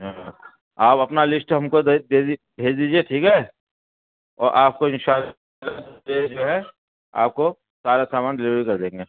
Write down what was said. ہاں آپ اپنا لسٹ ہم کو دے دی بھیج دیجیے ٹھیک ہے اور آپ کو انشاء اللہ جو ہے آپ کو سارا سامان ڈلیوری کر دیں گے